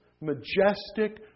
majestic